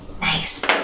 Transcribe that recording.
Nice